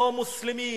לא המוסלמים.